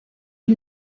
die